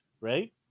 right